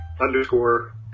underscore